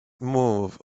move